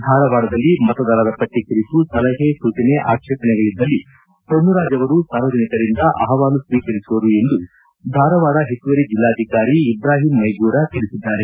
ಧಾರವಾಡದಲ್ಲಿ ಮತದಾರರ ಪಟ್ಟ ಕುರಿತು ಸಲಹೆ ಸೂಚನೆ ಆಕ್ಷೇಪಣೆಗಳಿದ್ದಲ್ಲಿ ಮೊನ್ನುರಾಜ್ ಅವರು ಸಾರ್ವಜನಿಕರಿಂದ ಅಹವಾಲು ಸ್ವೀಕರಿಸುವರು ಎಂದು ಧಾರವಾಡ ಹೆಚ್ಚುವರಿ ಜಿಲ್ಲಾಧಿಕಾರಿ ಇಬ್ರಾಹಿಂ ಮೈಗೂರ ತಿಳಿಸಿದ್ದಾರೆ